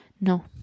No